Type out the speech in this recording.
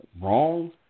wrong